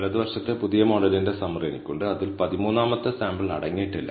വലതുവശത്ത് പുതിയ മോഡലിന്റെ സമ്മറി എനിക്കുണ്ട് അതിൽ 13 ാമത്തെ സാമ്പിൾ അടങ്ങിയിട്ടില്ല